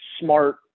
smart